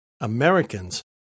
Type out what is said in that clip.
Americans